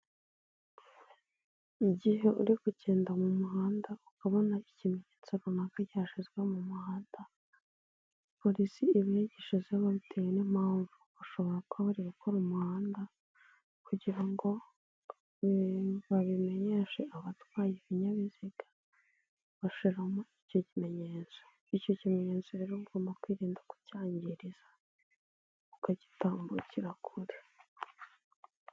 Igihe uri kugenda mu muhanda ukabona ikimenyetso runaka cyashyizwe mu muhanda, polisi iba yagishyizemo bitewe n'impamvu, bashobora kuba bari gukora umuhanda kugira ngo babimenyeshe abatwaye ibinyabiziga, bashyiramo icyo kimenyetso, icyo kimenyetso rero ugomba kwirinda kucyangiriza, ukagitambukira kure.